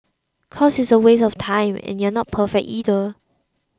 cause it's a waste of time and you're not perfect either